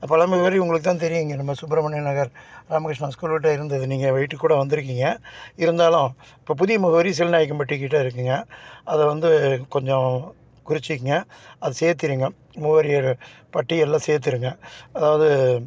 பழைய முகவரி உங்களுக்கு தான் தெரியும் இங்கே நம்ம சுப்ரமணிய நகர் ராமகிருஷ்ணா ஸ்கூலுக்கிட்ட இருந்தது நீங்கள் வீட்டுக்குக் கூட வந்துருக்கீங்க இருந்தாலும் இப்போ புதிய முகவரி சீலநாயக்கம்பட்டிக்கிட்ட இருக்குங்க அதை வந்து கொஞ்சம் குறித்துக்குங்க அது சேர்த்திடுங்க முகவரிகள் பட்டியலில் சேர்த்துருங்க அதாவது